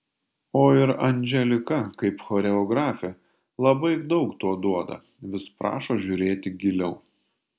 o ir anželika kaip choreografė labai daug to duoda vis prašo žiūrėti giliau